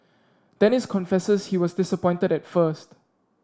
Dennis confesses he was disappointed at first